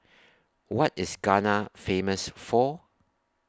What IS Ghana Famous For